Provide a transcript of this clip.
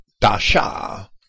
dasha